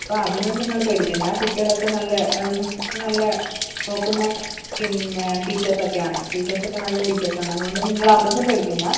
അപ്പോൾ അതിനും നിങ്ങൾ പേടിക്കേണ്ട കുട്ടികൾ അപ്പോൾ നല്ല നല്ല നോക്കുന്ന പിന്നെ ടീച്ചേഴ്സ് ഒക്കെ ആണ് ടീച്ചേഴ്സ് ഒക്കെ നല്ല ടീച്ചേഴ്സ് ആണ് അതുകൊണ്ട് നിങ്ങൾ അതൊന്നും പേടിക്കേണ്ട